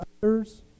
others